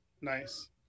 Nice